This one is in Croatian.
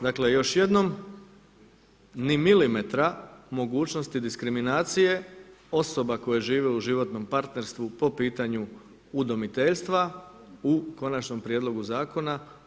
Dakle, još jednom ni milimetra mogućnosti diskriminacije osoba koje žive u životnom partnerstvu po pitanju udomiteljstva u Konačnom prijedlogu zakona.